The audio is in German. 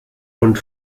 und